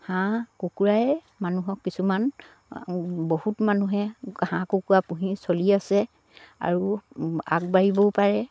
হাঁহ কুকুৰাই মানুহক কিছুমান বহুত মানুহে হাঁহ কুকুৰা পুহি চলি আছে আৰু আগবাঢ়িবও পাৰে